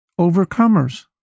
overcomers